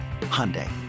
Hyundai